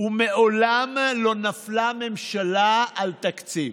ומעולם לא נפלה ממשלה על תקציב.